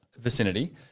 Vicinity